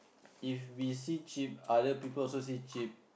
if we see cheap other people also see cheap